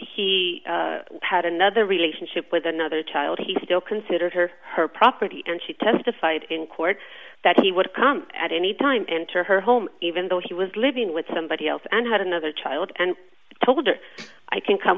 he had another relationship with another child he still considered her her property and she testified in court that he would come at any time enter her home even though he was living with somebody else and had another child and told her i can come